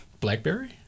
Blackberry